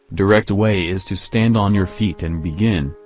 direct way is to stand on your feet and begin,